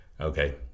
Okay